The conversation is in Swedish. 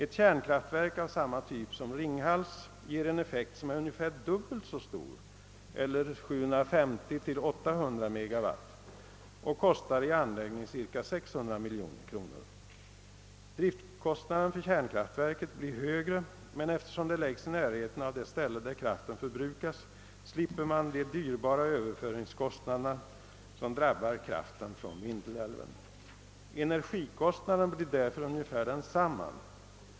Ett kärnkraftverk av samma typ som Ringhals ger en effekt som är ungefär dubbelt så stor, eller 750—800 megawatt, och kostar i anläggning cirka 600 miljoner kronor. Driftkostnaden för kärnkraftverket blir högre, men eftersom det läggs i närheten av det ställe där kraften förbrukas slipper man de dyrbara = överföringskostnaderna som drabbar kraften från Vindelälven. Energikostnaden blir därför ungefär densamma.